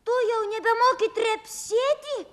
tu jau nebemoki trepsėti